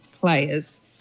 players